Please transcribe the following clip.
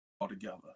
altogether